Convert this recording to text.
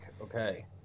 Okay